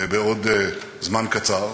בעוד זמן קצר,